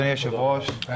אדוני היושב-ראש.